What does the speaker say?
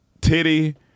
titty